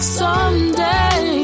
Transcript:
someday